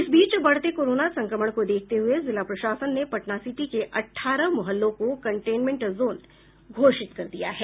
इस बीच बढ़ते कोरोना संक्रमण को देखते हुए जिला प्रशासन ने पटनासिटी के अठारह मोहल्लों को कनटेंमेंट जोन घोषित कर दिया है